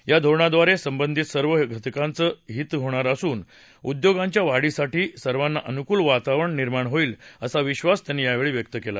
या धोरणाद्वारे संबंधित सर्व घटकांचं हित होणार असून उद्योगांच्या वाढीसाठी सर्वांना अनुकूल वातावरण निर्माण होईल असा विश्वास त्यांनी यावेळी व्यक्त केला